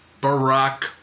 Barack